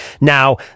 Now